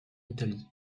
italie